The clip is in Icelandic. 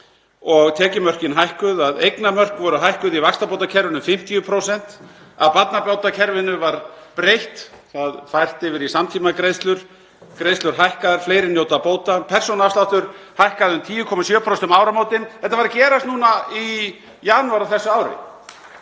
og tekjumörkin hækkuð, eignamörk voru hækkuð í vaxtabótakerfinu um 50%. Barnabótakerfinu var breytt og fært yfir í samtímagreiðslur og greiðslur hækkaðar, fleiri njóta bóta. Persónuafsláttur hækkaði um 10,7% um áramótin. Þetta var að gerast núna í janúar á þessu ári.